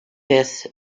this